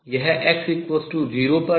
यह x0 पर है